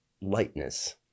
Lightness